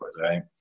right